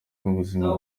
bw’ubuzima